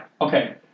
Okay